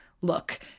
look